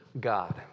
God